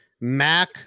Mac